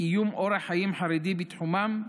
קיום אורח חיים חרדי בתחומם?